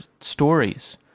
stories